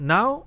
Now